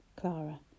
Clara